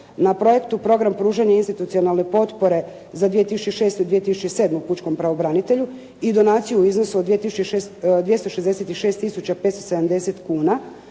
na projektu «Program pružanja institucionalne potpore za 2006. i 2007. pučkom pravobranitelju» i donaciju u iznosu od 2006,